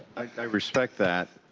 i respect that,